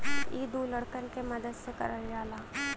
इ दू लड़कन के मदद से करल जाला